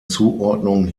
zuordnung